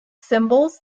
symbols